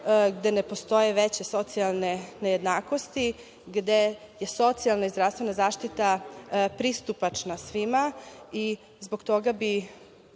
gde ne postoje veće socijalne nejednakosti, gde je socijalna i zdravstvena zaštita pristupačna svima. Nadam